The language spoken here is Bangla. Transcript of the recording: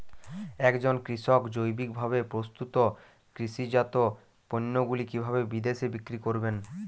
একজন কৃষক জৈবিকভাবে প্রস্তুত কৃষিজাত পণ্যগুলি কিভাবে বিদেশে বিক্রি করবেন?